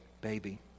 baby